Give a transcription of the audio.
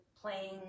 Playing